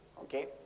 okay